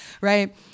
Right